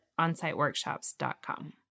onsiteworkshops.com